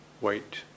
wait